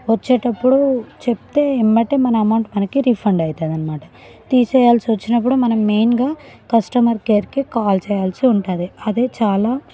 వచ్చేటప్పుడు చెప్తే వెంబడే మన అమౌంట్ మనకి రిఫండ్ అవుతుంది అనమాట తీసేయాల్సి వచ్చినప్పుడు మనం మెయిన్గా కస్టమర్ కేర్కి కాల్ చేయాల్సి ఉంటుంది అదే చాలా